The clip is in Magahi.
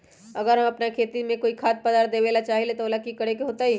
अगर हम अपना खेती में कोइ खाद्य पदार्थ देबे के चाही त वो ला का करे के होई?